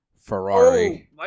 Ferrari